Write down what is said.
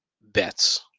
bets